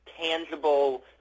tangible